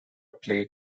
play